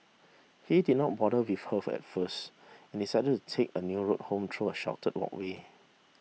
he did not bother with her at first and decided to take a new route home through a sheltered walkway